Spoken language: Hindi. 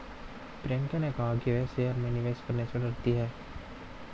प्रियंका ने कहा कि वह शेयर में निवेश करने से डरती है